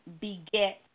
beget